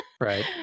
Right